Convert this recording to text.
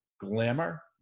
Glamour